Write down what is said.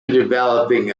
developing